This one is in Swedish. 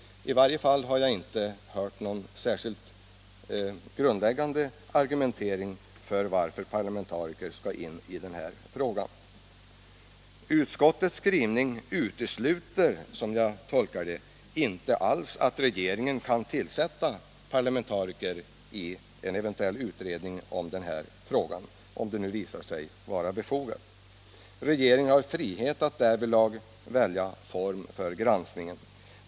I varje fall har jag inte hört någon särskilt grundläggande argumentering för varför parlamentariker skall medverka i den här granskningen. Utskottets skrivning utesluter — som jag tolkar det — inte alls att regeringen kan tillsätta parlamentariker i en eventuell utredning, om det visar sig befogat. Regeringen har frihet därvidlag att välja form för granskningen.